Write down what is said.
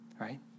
right